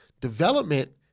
Development